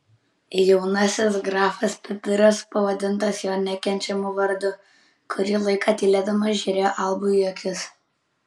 jaunasis grafas pipiras pavadintas jo nekenčiamu vardu kurį laiką tylėdamas žiūrėjo albui į akis